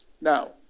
Now